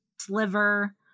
sliver